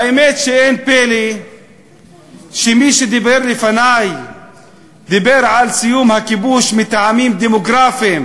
האמת שאין פלא שמי שדיבר לפני דיבר על סיום הכיבוש מטעמים דמוגרפיים,